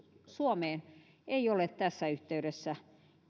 suomeen ei ole tässä yhteydessä